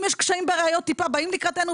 אם יש קשיים בראיות טיפה באים לקראתנו,